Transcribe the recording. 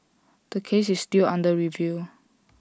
the case is still under review